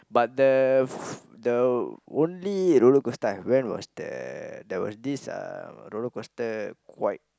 but the f~ the only roller-coaster I went was the there was this uh roller-coaster quite